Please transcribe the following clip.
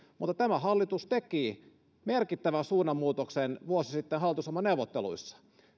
mutta tämä hallitus teki merkittävän suunnanmuutoksen vuosi sitten hallitusohjelmaneuvotteluissa